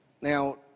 Now